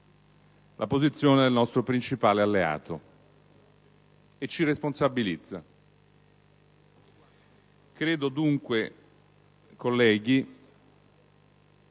la posizione del nostro principale alleato e ci responsabilizza. Credo dunque, onorevoli